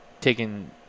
taking